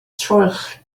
troell